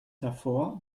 davor